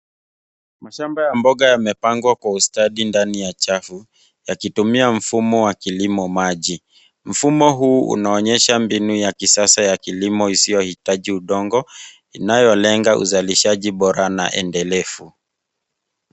Mashamba ya mboga yamepangwa kwa ustadi ndani ya chafu yakitumia mfumo wa kilimo maji. Mfumo huu unaonyesha mbinu ya kisasa ya kilimo isiyohitaji udongo inayolenga uzalishaji bora na endelevu.